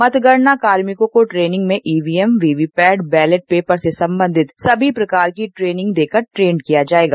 मतगणना कार्मिकों को ट्रेनिंग में EVM VVPAT ballot paper से संबंधित सभी प्रकार की ट्रेनिंग देकर ट्रेंड किया जा रहा है